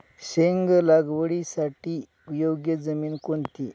शेंग लागवडीसाठी योग्य जमीन कोणती?